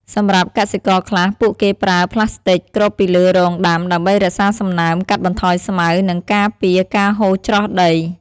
សម្រាប់កសិករខ្លះ ពួកគេប្រើ ប្លាស្ទិក គ្របពីលើរងដាំ ដើម្បីរក្សាសំណើម កាត់បន្ថយស្មៅ និងការពារការហូរច្រោះដី។